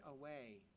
away